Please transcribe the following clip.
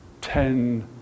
ten